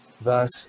thus